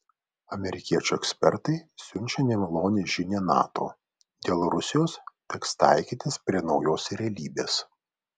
amerikiečių ekspertai siunčia nemalonią žinią nato dėl rusijos teks taikytis prie naujos realybės